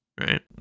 right